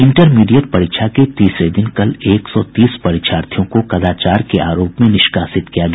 intermediate परीक्षा के तीसरे दिन कल एक सौ तीस परीक्षार्थियों को कदाचार के आरोप में निष्कासित किया गया